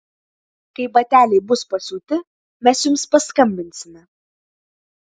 kai bateliai bus pasiūti mes jums paskambinsime